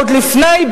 עוד לפני,